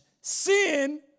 sin